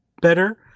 better